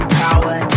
power